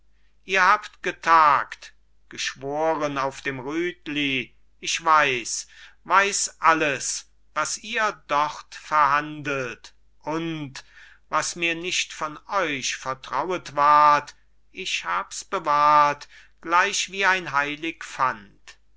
ihr habt getagt geschworen auf dem rütli ich weiß weiß alles was ihr dort verhandelt und was mir nicht von euch vertrauet ward ich hab's bewahrt gleich wie ein heilig